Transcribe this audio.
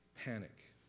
panic